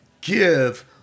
give